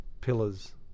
pillars